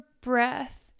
breath